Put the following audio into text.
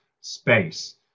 space